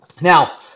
Now